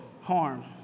harm